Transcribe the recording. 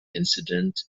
incident